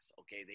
okay